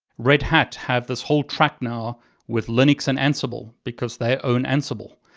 red hat have this whole track now with linux and ansible because they own ansible.